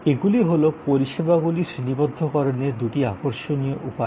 এগুলি হল পরিষেবাগুলি শ্রেণিবদ্ধকরণের দুটি আকর্ষণীয় উপায়